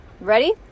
Ready